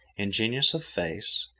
ingenuous of face,